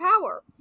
Power